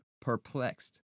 Perplexed